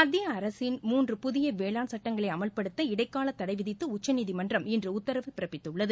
மத்திய அரசின் மூன்று புதிய வேளாண் சட்டங்களை அமல்படுத்த இடைக்கால தடை விதித்து உச்சநீதிமன்றம் இன்று உத்தரவு பிறப்பித்துள்ளது